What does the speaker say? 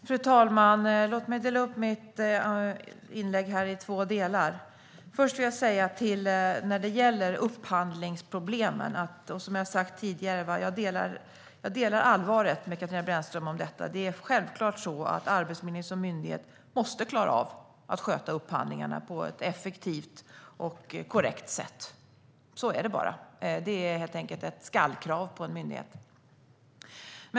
Fru talman! Låt mig dela upp mitt inlägg i två delar. När det gäller upphandlingsproblemen delar jag, som jag har sagt tidigare, Katarina Brännströms syn på att detta är allvarligt. Det är självklart att Arbetsförmedlingen som myndighet måste klara av att sköta upphandlingarna på ett effektivt och korrekt sätt. Så är det bara. Det är helt enkelt ett skall-krav på en myndighet.